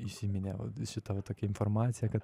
įsiminė va šita va tokia informacija kad